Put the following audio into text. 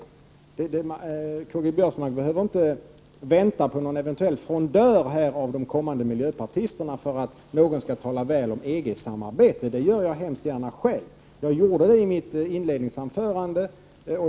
Karl-Göran Biörsmark behöver inte vänta på att någon frondör av de i talarstolen kommande miljöpartisterna skall tala väl om EG-samarbete. Det gör jag mycket gärna själv. Det gjorde jag för övrigt i mitt inledningsanförande.